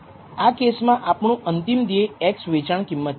આ કેસમાં આપણું અંતિમ ધ્યેય x વેચાણ કિંમત છે